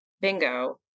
bingo